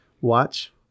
watch